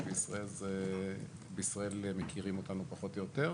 כי בישראל מכירים אותנו פחות או יותר.